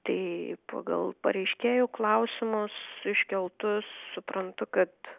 tai pagal pareiškėjų klausimus iškeltus suprantu kad